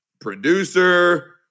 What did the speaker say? Producer